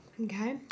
Okay